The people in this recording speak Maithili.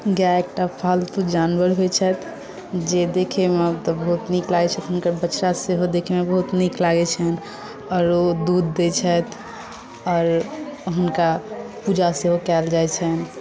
गाय एकटा पालतु जानवर होइत छथि जे देखयमे तऽ बहुत नीक लागै छथिन हुनकर बछड़ा सेहो देखयमे बहुत नीक लागै छनि आओर ओ दुध दैत छथि आओर हुनका पूजा सेहो कयल जाइत छनि